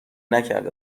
نکرده